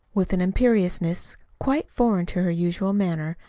with an imperiousness quite foreign to her usual manner,